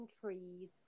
trees